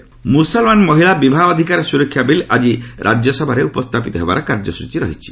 triple ତଲାକ୍ bill ମୁସଲମାନ ମହିଳା ବିବାହ ଅଧିକାର ସୁରକ୍ଷା ବିଲ୍ ଆଜି ରାଜ୍ୟସଭାରେ ଉପସ୍ଥାପିତ ହେବାର କାର୍ଯ୍ୟସ୍କଚୀ ରହିଛି